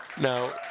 Now